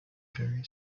very